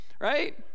right